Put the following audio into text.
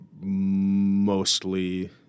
mostly